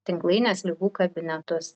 tinklainės ligų kabinetus